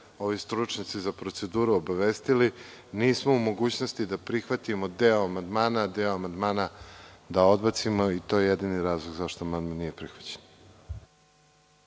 me stručnjaci za proceduru obavestili, nismo u mogućnosti da prihvatimo deo amandmana, a deo amandmana da odbacimo i to je jedini razlog zašto amandman nije prihvaćen.